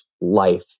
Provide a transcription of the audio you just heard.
life